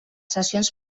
sessions